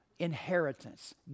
inheritance